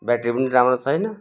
battery पनि राम्रो छैन